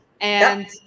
and-